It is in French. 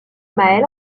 mael